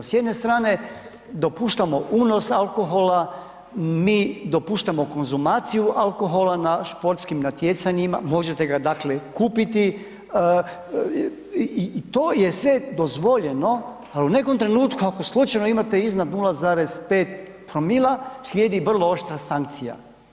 S jedne strane dopuštamo unos alkohola, mi dopuštamo konzumaciju alkohola na športskim natjecanjima, možete ga dakle kupiti i to je sve dozvoljeno ali u nekom trenutku ako slučajno imate iznad 0,5‰, slijedi vrlo oštra sankcija.